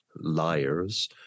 liars